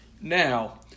Now